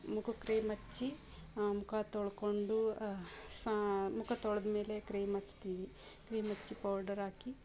ಮುಖಕ್ಕೆ ಕ್ರೀಮ್ ಹಚ್ಚಿ ಮುಖ ತೊಳಕೊಂಡು ಸಾ ಮುಖ ತೊಳೆದ್ಮೇಲೆ ಕ್ರೀಮ್ ಹಚ್ತಿವಿ ಕ್ರೀಮ್ ಹಚ್ಚಿ ಪೌಡರ್ ಹಾಕಿ